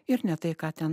ir ne tai ką ten